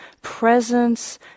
presence